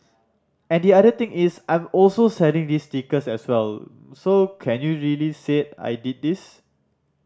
and the other thing is I'm also selling these stickers as well so can you really say I did these